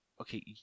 okay